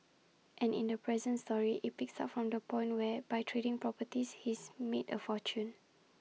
and in the present story IT picks IT up from the point where by trading properties he's made A fortune